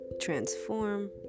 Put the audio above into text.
transform